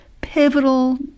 pivotal